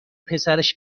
پسرش